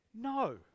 No